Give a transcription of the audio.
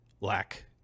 lack